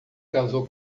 casou